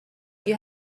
you